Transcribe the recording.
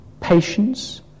patience